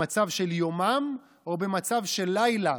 במצב של יומם או במצב של לילה,